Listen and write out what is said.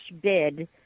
bid